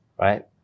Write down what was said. right